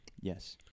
Yes